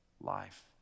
life